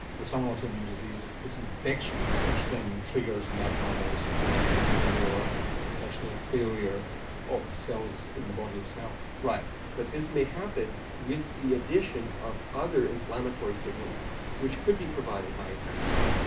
with some autoimmune diseases it's an infection that then triggers an abnormal response. this is more that it's actually a failure of the cells in the body itself. right but this may happen with the addition of other inflammatory signals which could be provided by infections.